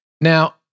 Now